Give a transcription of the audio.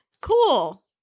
Cool